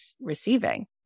receiving